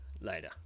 later